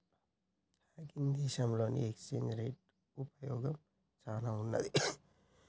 Hong Kong దేశంలో exchange rate ఉపయోగం చానా ఉన్నాది